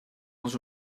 als